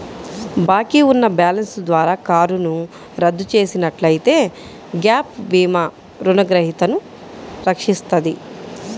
బాకీ ఉన్న బ్యాలెన్స్ ద్వారా కారును రద్దు చేసినట్లయితే గ్యాప్ భీమా రుణగ్రహీతను రక్షిస్తది